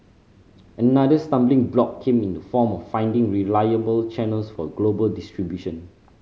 another stumbling block came in the form of finding reliable channels for global distribution